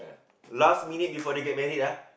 last minute before they get married ah